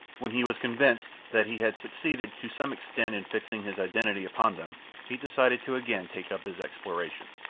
when he was convinced that he had succeeded to some extent in fixing his identity upon them he decided to again take up his exploration.